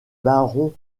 barons